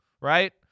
right